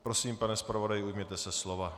Prosím, pane zpravodaji, ujměte se slova.